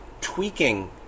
tweaking